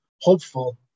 hopeful